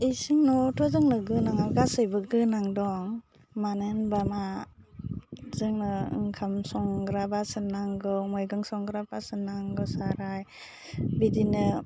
इसिं न'वावथ' जोंनो गोनाङा गासैबो गोनां दं मानो होनबाना जोङो ओंखाम संग्रा बासन नांगौ मैगं संग्रा बासन नांगौ साराइ बिदिनो